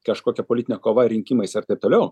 kažkokia politine kova rinkimais ir taip toliau